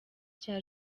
cya